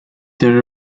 there